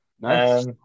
Nice